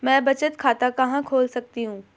मैं बचत खाता कहां खोल सकती हूँ?